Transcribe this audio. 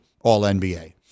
All-NBA